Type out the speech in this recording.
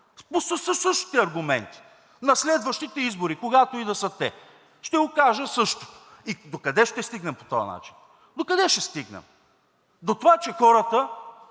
Със същите аргументи. На следващите избори, когато и да са те, ще го кажа същото. И докъде ще стигнем по този начин? Докъде ще стигнем? До това, че хората